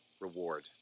reward